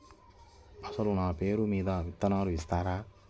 అసలు నా పేరు మీద విత్తనాలు ఇస్తారా?